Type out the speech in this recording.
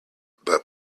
but